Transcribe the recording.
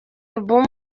album